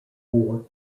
for